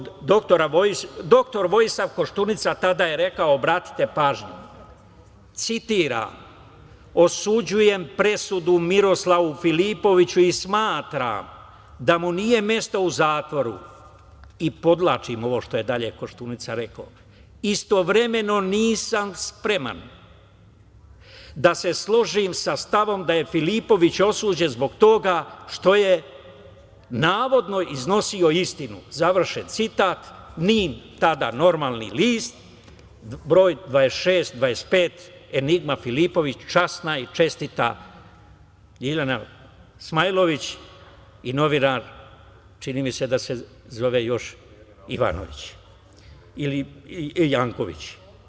Doktor Vojislav Koštunica tada je rekao, obratite pažnju, citiram: „Osuđujem presudu Miroslavu Filipoviću i smatram da mu nije mesto u zatvoru.“ Podvlačim ovo što je dalje Koštunica rekao: „Istovremeno, nisam spreman da se složim sa stavom da je Filipović osuđen zbog toga što je navodno iznosio istinu.“ Završen citat, „NIN“, tada normalni list, broj 26-25, enigma Filipović, časna i čestita Ljiljana Smajlović i novinar, čini mi se da se zove još Ivanović ili Janković.